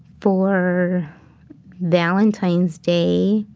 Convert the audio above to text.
for valentine's day,